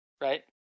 right